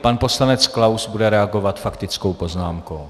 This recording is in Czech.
Pan poslanec Klaus bude reagovat faktickou poznámkou.